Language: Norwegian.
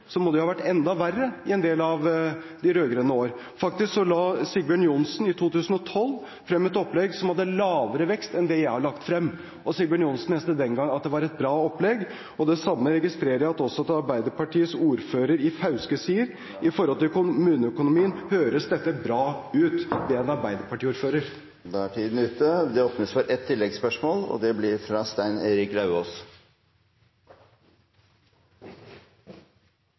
må det ha vært enda verre i en del av de rød-grønne årene. Faktisk la Sigbjørn Johnsen i 2012 frem et opplegg som hadde lavere vekst enn det jeg har lagt frem, og Sigbjørn Johnsen mente den gang at det var et bra opplegg. Det samme registrerer jeg at også Arbeiderpartiets ordfører i Fauske sier, at med hensyn til kommuneøkonomien høres dette bra ut. Det sier altså en arbeiderpartiordfører. Det åpnes for ett oppfølgingsspørsmål – fra Stein Erik Lauvås.